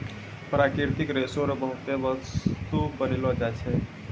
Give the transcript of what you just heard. प्राकृतिक रेशा से बहुते बस्तु बनैलो जाय छै